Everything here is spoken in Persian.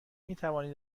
میتوانید